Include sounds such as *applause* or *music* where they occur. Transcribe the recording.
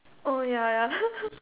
oh ya ya *laughs*